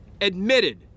admitted